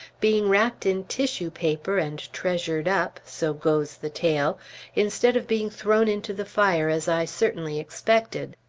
being wrapped in tissue paper and treasured up so goes the tale instead of being thrown into the fire as i certainly expected.